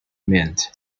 meant